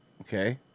Okay